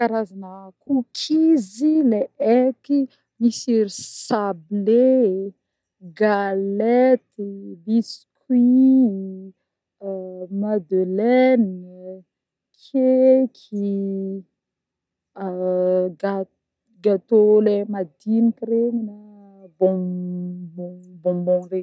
Karazagna a-cookies le eky: misy iry sablé, galety, biscuits, madeleine, cake, ga-gatô le madiniky regny na bon-bon-bonbon regny.